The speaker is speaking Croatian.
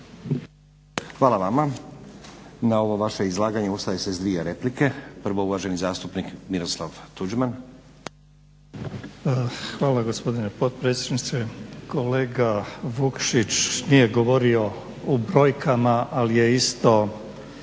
Hvala vama. Na ovo vaše izlaganje ustaje se s dvije replike. Prvo uvaženi zastupnik Miroslav Tuđman. **Tuđman, Miroslav (HDZ)** Hvala gospodine potpredsjedniče. Kolega Vukšić nije govorio u brojkama ali je isto